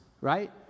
right